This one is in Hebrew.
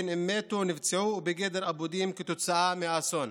בין אם מתו או נפצעו או בגדר אבודים כתוצאה מהאסון.